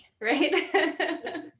right